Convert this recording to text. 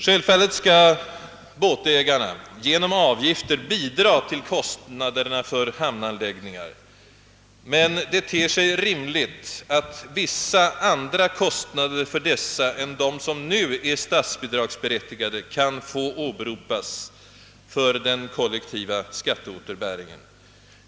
Självfallet skall båtägarna genom avgifter bidra till kostnaderna för hamnanläggningar, men det ter sig rimligt att vissa andra kostnader för dessa än de som nu är statsbidragsberättigade kan få åberopas för den kollektiva skatteåterbäringen.